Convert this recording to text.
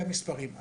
המספרים.